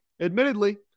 admittedly